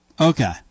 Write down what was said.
okay